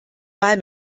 mal